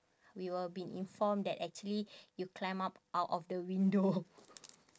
we were been informed that actually you climb up out of the window